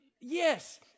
yes